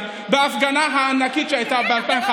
אוי, באמת,